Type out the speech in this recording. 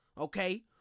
okay